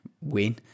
win